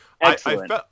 Excellent